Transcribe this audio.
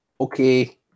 Okay